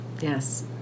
Yes